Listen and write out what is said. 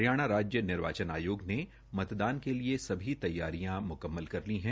हरियाणा राज्य निर्वाचन आयोग ने मतदान के लिए सभी तैयारियां मुकम्मल कर ली हैं